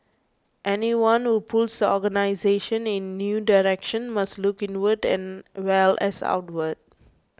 anyone who pulls the organisation in new direction must look inward as well as outward